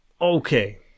Okay